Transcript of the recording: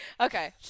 Okay